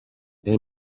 they